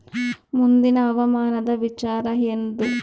ಮುಂದಿನ ಹವಾಮಾನದ ವಿಚಾರ ಏನದ?